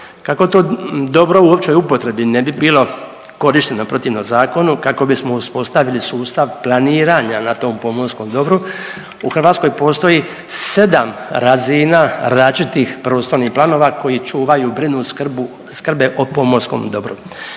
Kako to dobro u općoj upotrebi ne bi bilo korišteno protivno zakonu, kako bismo uspostavili sustav planiranja na tom pomorskom dobru u Hrvatskoj postoji 7 razina različitih prostornih planova koji čuvaju, brinu, skrbe o pomorskom dobru.